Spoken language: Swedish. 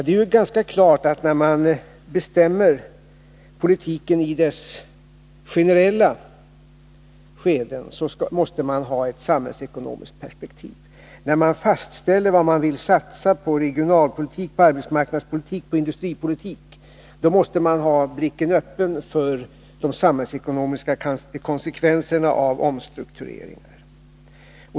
Det är ganska klart att man, när man bestämmer politiken generellt, måste ha ett samhällsekonomiskt perspektiv. När man fastställer hur mycket man vill satsa på regionalpolitik, arbetsmarknadspolitik och industripolitik, måste man ha blicken öppen för de samhällsekonomiska konsekvenserna av omstruktureringen.